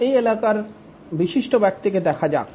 এই এলাকার বিশিষ্ট ব্যক্তিকে দেখা যাক